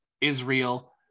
Israel